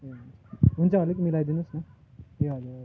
हुन्छ अलिक मिलाइदिनोस् न